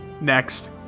Next